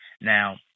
Now